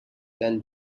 than